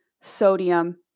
sodium